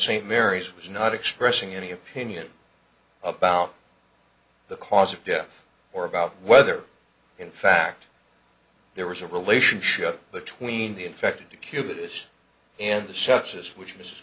st mary's is not expressing any opinion about the cause of death or about whether in fact there was a relationship between the infected to cuba dish and the such as